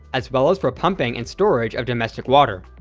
as well as for pumping and storage of domestic water.